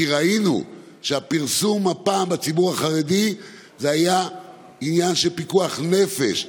כי ראינו שהפרסום הפעם בציבור החרדי היה עניין של פיקוח נפש,